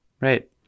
Right